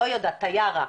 לא יודעת, טייארה,